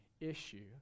issue